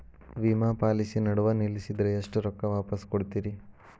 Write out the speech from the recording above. ವಿಮಾ ಪಾಲಿಸಿ ನಡುವ ನಿಲ್ಲಸಿದ್ರ ಎಷ್ಟ ರೊಕ್ಕ ವಾಪಸ್ ಕೊಡ್ತೇರಿ?